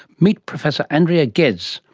meet professor andrea ghez,